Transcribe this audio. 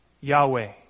Yahweh